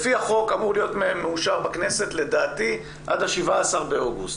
לפי החוק אמור להיות מאושר בכנסת לדעתי עד ה-17 באוגוסט.